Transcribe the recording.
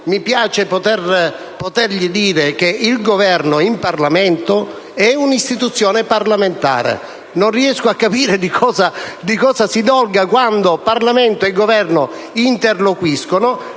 ricordargli che "il Governo in Parlamento" è un'istituzione parlamentare: non riesco quindi a capire di cosa si dolga quando Parlamento e Governo interloquiscono.